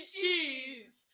cheese